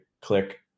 Click